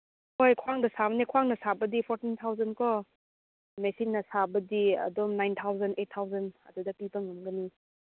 ꯍꯣꯏ ꯈ꯭ꯋꯥꯡꯗ ꯁꯥꯕꯦꯅ ꯈ꯭ꯋꯥꯡꯅ ꯁꯥꯕꯗꯤ ꯐꯣꯔꯇꯤꯟ ꯊꯥꯎꯖꯟꯀꯣ ꯃꯦꯆꯤꯟꯅ ꯁꯥꯕꯗꯤ ꯑꯗꯨꯝ ꯅꯥꯏꯟ ꯊꯥꯎꯖꯟ ꯑꯩꯠ ꯊꯥꯎꯖꯟ ꯑꯗꯨꯗ ꯄꯤꯕ ꯉꯝꯒꯅꯤ